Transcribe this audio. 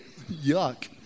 Yuck